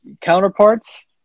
counterparts